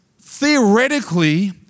theoretically